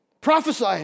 Prophesy